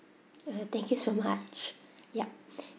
uh thank you so much yup